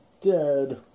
dead